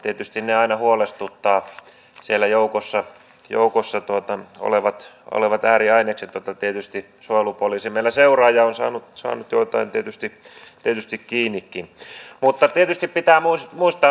tämä kaikki lähtee ihan siitä että kun me sitä osaamista kartoitamme ja kysymme onko yrittämisen haluja niin me tiedämme silloin mihinkä me niitä ihmisiä koetamme suunnata